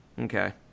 Okay